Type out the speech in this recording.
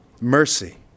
mercy